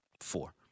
four